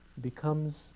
becomes